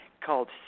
called